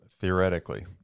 theoretically